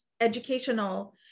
educational